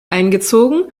eingezogen